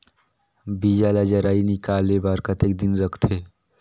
बीजा ला जराई निकाले बार कतेक दिन रखथे?